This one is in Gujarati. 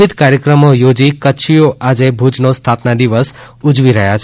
વિવિધ કાર્યક્રમો યોજી કચ્છીઓ આજે ભૂજનો સ્થાપ્ના દિવસ ઉજવી રહ્યાં છે